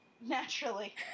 Naturally